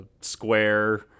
square